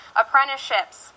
apprenticeships